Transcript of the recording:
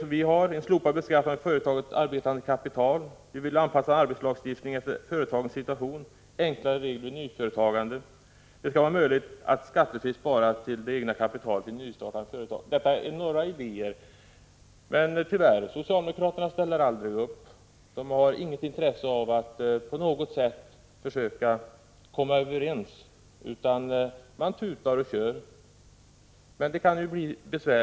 Vi vill slopa beskattning av i företaget arbetande kapital, anpassa arbetslagstiftningen efter företagets situation. Vi vill ha enklare regler vid nyföretagande och föreslår att det skall vara möjligt att skattefritt spara till det egna kapitalet vid nystartade företag. Detta är några idéer, men tyvärr ställer socialdemokraterna aldrig upp. De har inget intresse av att på något sätt försöka komma överens med oss, utan de bara tutar och kör.